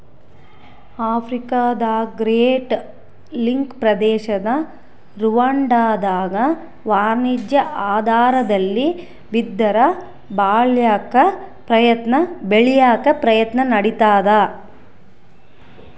ಆಫ್ರಿಕಾದಗ್ರೇಟ್ ಲೇಕ್ ಪ್ರದೇಶದ ರುವಾಂಡಾದಾಗ ವಾಣಿಜ್ಯ ಆಧಾರದಲ್ಲಿ ಬಿದಿರ ಬೆಳ್ಯಾಕ ಪ್ರಯತ್ನ ನಡಿತಾದ